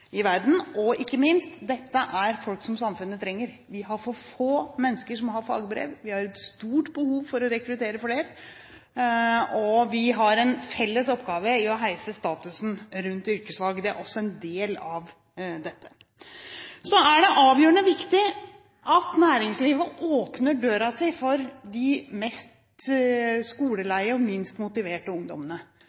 i verden. Og – ikke minst: Dette er folk som samfunnet trenger. Vi har for få mennesker som har fagbrev. Vi har et stort behov for å rekruttere flere, og vi har en felles oppgave i å heise statusen rundt yrkesfag. Det er også en del av dette. Så er det avgjørende viktig at næringslivet åpner dørene sine for de mest skoleleie og minst motiverte ungdommene.